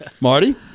Marty